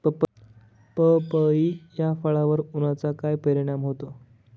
पपई या फळावर उन्हाचा काय परिणाम होतो?